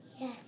Yes